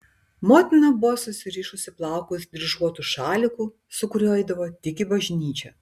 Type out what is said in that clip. motina buvo susirišusi plaukus dryžuotu šaliku su kuriuo eidavo tik į bažnyčią